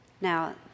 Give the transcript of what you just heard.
Now